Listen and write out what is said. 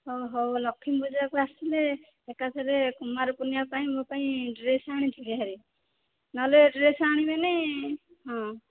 ହଁ ହୋଉ ଲକ୍ଷ୍ମୀ ପୂଜାକୁ ଆସିଲେ ଏକାଥରେ କୁମାର ପୂର୍ଣ୍ଣିମା ପାଇଁ ମୋ ପାଇଁ ଡ୍ରେସ୍ ଆଣିଥିବେ ହେରି ନହେଲେ ଡ୍ରେସ୍ ଆଣିବେନି ହଁ